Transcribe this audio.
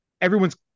Everyone's